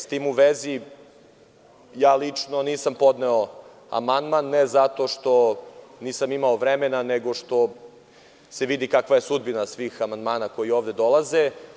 S tim u vezi ja lično nisam podneo amandman, ne zato što nisam imao vremena, nego što se vidi kakva je sudbina svih amandmana koji ovde dolaze.